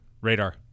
Radar